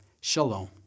Shalom